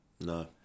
...no